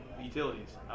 utilities